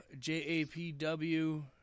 JAPW